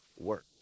Work